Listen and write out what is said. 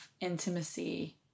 intimacy